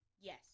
Yes